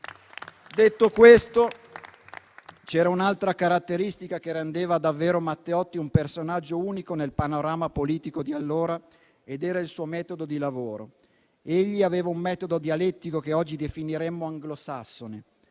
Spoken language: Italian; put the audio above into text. Detto questo, c'era un'altra caratteristica che rendeva davvero Matteotti un personaggio unico nel panorama politico di allora ed era il suo metodo di lavoro. Egli aveva un metodo dialettico che oggi definiremmo anglosassone.